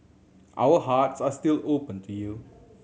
our hearts are still open to you